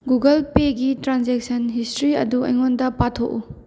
Google ꯄꯦꯒꯤ transaction history ꯑꯗꯨ ꯑꯩꯉꯣꯟꯗ ꯄꯥꯊꯣꯛꯎ